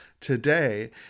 today